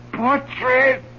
portrait